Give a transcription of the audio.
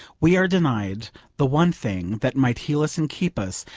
we are denied the one thing that might heal us and keep us,